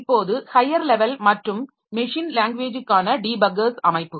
இப்போது higher level மற்றும் machine லேங்குவேஜுக்கான டீபக்கர்ஸ் அமைப்புகள்